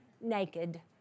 naked